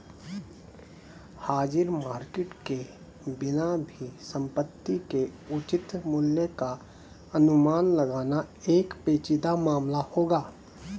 हाजिर मार्केट के बिना भी संपत्ति के उचित मूल्य का अनुमान लगाना एक पेचीदा मामला होगा